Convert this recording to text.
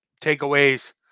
takeaways